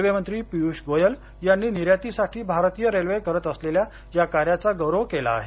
रेल्वेमंत्री पियुष गोयल यांनी निर्यातीसाठी भारतीय रेल्वे करत असलेल्या या कार्याचा गौरव केला आहे